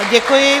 Děkuji.